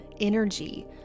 energy